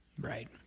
right